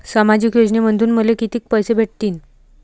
सामाजिक योजनेमंधून मले कितीक पैसे भेटतीनं?